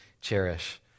cherish